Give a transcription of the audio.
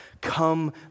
Come